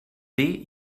dir